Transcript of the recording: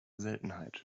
seltenheit